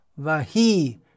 vahi